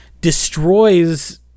destroys